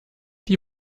die